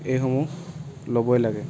এইসমূহ ল'বই লাগে